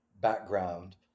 background